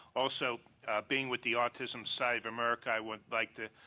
also being with the autism site of american, i would like to